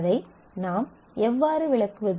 அதை நாம் எவ்வாறு விளக்குவது